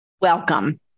Welcome